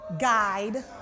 guide